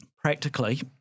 Practically